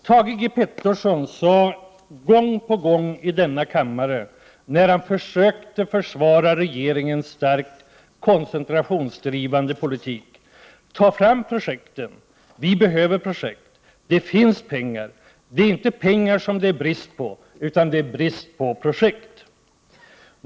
Thage G Peterson sade gång på gång i denna kammare, när han försökte försvara regeringens starkt koncentrationsdrivande politik: Ta fram projekten! Vi behöver projekt — det finns pengar. Det är inte pengarna som det är brist på, utan på projekt.